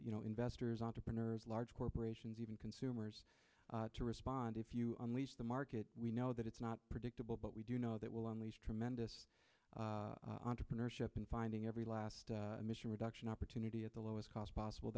you know investors entrepreneurs large corporations even consumers to respond if you unleash the market we know that it's not predictable but we do know that will unleash tremendous entrepreneurship in finding every last mission reduction opportunity at the lowest cost possible